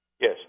Yes